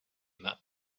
that